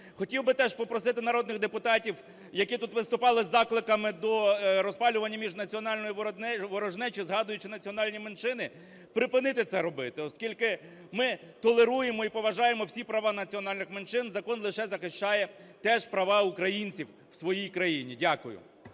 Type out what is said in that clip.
Хотів би теж попросити народних депутатів, які тут виступали з закликами до розпалювання міжнаціональної ворожнечі, згадуючи національні меншини, припинити це робити, оскільки ми толеруємо і поважаємо всі права національних меншин, закон лише захищає теж права українців в своїй країні. Дякую.